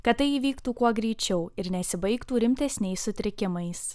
kad tai įvyktų kuo greičiau ir nesibaigtų rimtesniais sutrikimais